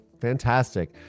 Fantastic